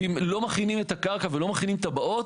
ואם לא מכינים את הקרקע ואם לא מכינים תב"עות,